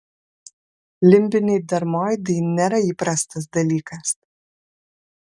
limbiniai dermoidai nėra įprastas dalykas